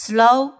Slow